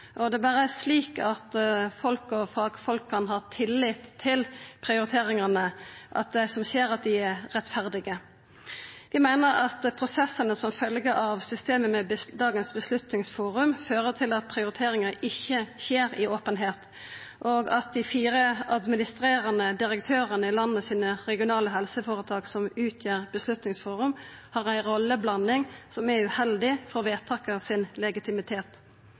kan ha tillit til prioriteringane og det som skjer, at ein ser at dei er rettferdige. Vi meiner at prosessane som følgjer av systemet med dagens Beslutningsforum, fører til at prioriteringane ikkje skjer i openheit, og at dei fire administrerande direktørane i dei regionale helseføretaka i landet, som utgjer Beslutningsforum, har ei rolleblanding som er uheldig for